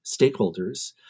stakeholders